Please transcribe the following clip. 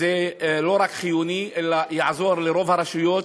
זה לא רק חיוניים, אלא יעזרו לרוב הרשויות,